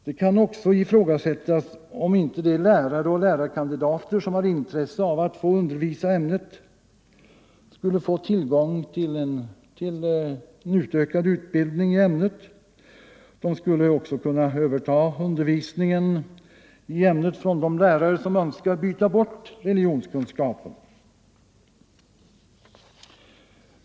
Det kan även ifrågasättas om inte de lärare och lärarkandidater som har intresse av att få undervisning i ämnet skulle få tillgång till en utökad utbildning. De skulle också kunna överta undervisningen i ämnet från de lärare som önskar byta bort religionskunskapen.